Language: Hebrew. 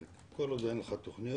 כי כל עוד אין לך תוכניות,